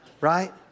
Right